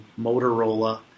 Motorola